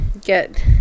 get